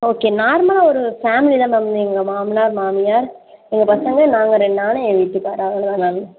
okay நார்மலாக ஒரு ஃபேமிலிதான் மேம் எங்கள் மாமனார் மாமியார் எங்கள் பசங்க நான் எங்கள் வீட்டுக்காரர் அவ்வளோதான் மேம்